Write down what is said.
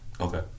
Okay